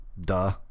duh